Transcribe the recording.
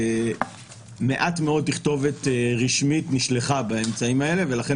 ומעט מאוד תכתובת רשמית נשלחה באמצעים האלה ולכן,